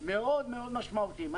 מאוד מאוד משמעותיים.